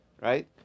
right